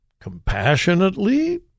compassionately